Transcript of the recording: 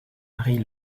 marie